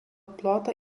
plotą